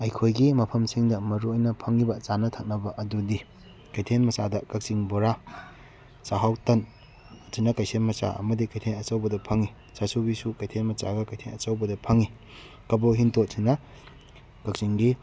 ꯑꯩꯈꯣꯏꯒꯤ ꯃꯐꯝꯁꯤꯡꯗ ꯃꯔꯨꯑꯣꯏꯅ ꯐꯪꯂꯤꯕ ꯆꯥꯅ ꯊꯛꯅꯕ ꯑꯗꯨꯗꯤ ꯀꯩꯊꯦꯜ ꯃꯆꯥꯗ ꯀꯛꯆꯤꯡ ꯕꯣꯔꯥ ꯆꯥꯛꯍꯥꯎ ꯇꯟ ꯑꯗꯨꯅ ꯀꯩꯊꯦꯜ ꯃꯆꯥ ꯑꯃꯗꯤ ꯀꯩꯊꯦꯜ ꯑꯆꯧꯕꯗ ꯐꯪꯉꯤ ꯆꯥꯁꯨꯕꯤꯁꯨ ꯀꯩꯊꯦꯜ ꯃꯆꯥꯒ ꯀꯩꯊꯦꯜ ꯑꯆꯧꯕꯗ ꯐꯪꯉꯤ ꯀꯕꯣꯛ ꯍꯤꯡꯇꯣꯠꯁꯤꯅ ꯀꯛꯆꯤꯡꯒꯤ